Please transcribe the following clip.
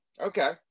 okay